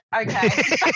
Okay